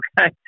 okay